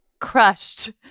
crushed